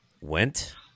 Went